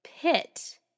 pit